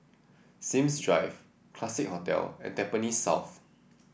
Sims Drive Classique Hotel and Tampines South